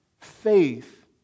Faith